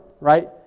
right